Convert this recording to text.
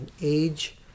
age